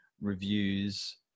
reviews